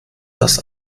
dass